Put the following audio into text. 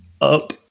up